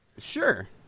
Sure